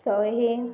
ଶହେ